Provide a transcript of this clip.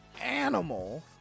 animal